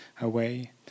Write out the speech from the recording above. away